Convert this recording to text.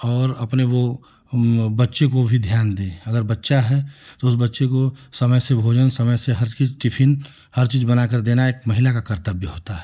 और अपने वो बच्चे को भी ध्यान दे अगर बच्चा है तो उस बच्चे को समय से भोजन समय से हर चीज टिफिन हर चीज बना कर देना एक महिला का कर्तव्य होता है